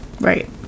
right